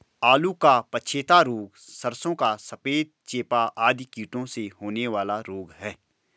आलू का पछेता रोग, सरसों का सफेद चेपा आदि कीटों से होने वाले रोग हैं